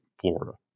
Florida